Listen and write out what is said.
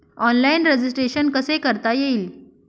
Online registration कसे करता येईल?